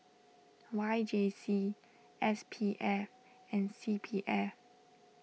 Y J C S P F and C P F